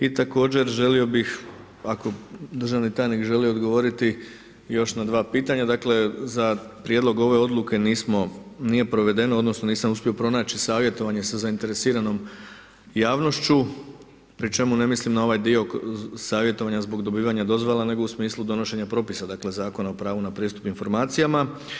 I također želio bih ako državni tajnik želi odgovoriti još na dva pitanja, dakle za prijedlog ove odluke nije provedena odnosno nisam uspio pronaći savjetovanje sa zainteresiranom javnošću pri čemu ne mislim na ovaj dio savjetovanja zbog dobivanja dozvola nego u smislu donošenja propisa Zakona o pravu na pristup informacijama.